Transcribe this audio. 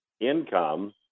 income